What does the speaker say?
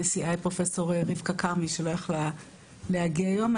הנשיאה היא פרופסור רבקה כרמי שלא יכלה להגיע היום.